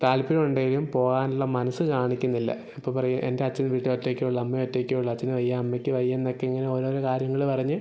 താൽപ്പര്യം ഉണ്ടെങ്കിലും പോകാനുള്ള മനസ്സ് കാണിക്കുന്നില്ല അപ്പോൾ പറയും എൻ്റെ അച്ഛൻ വീട്ടിൽ ഒറ്റയ്ക്കേ ഉള്ളൂ അമ്മ ഒറ്റയ്ക്കേ ഉള്ളൂ അച്ഛന് വയ്യ അമ്മയ്ക്ക് വയ്യയെന്നൊക്കെ ഇങ്ങനെ ഓരോരോ കാര്യങ്ങൾ പറഞ്ഞ്